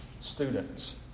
students